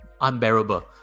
unbearable